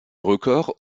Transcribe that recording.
records